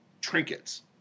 trinkets